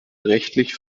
rechtlich